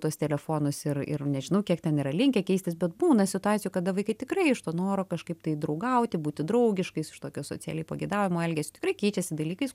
tuos telefonus ir ir nežinau kiek ten yra linkę keistis bet būna situacijų kada vaikai tikrai iš to noro kažkaip tai draugauti būti draugiškais iš tokio socialiai pageidaujamo elgesio tikrai keičiasi dalykais